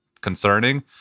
concerning